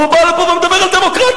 והוא בא לפה ומדבר על דמוקרטיה.